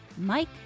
Mike